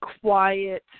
quiet